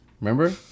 remember